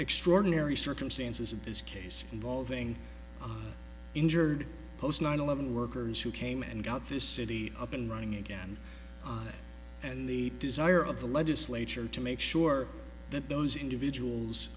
extraordinary circumstances of this case involving injured post nine eleven workers who came and got this city up and running again and the desire of the legislature to make sure that those individuals